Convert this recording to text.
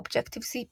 Objective-C,